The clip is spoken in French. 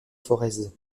forez